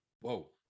Whoa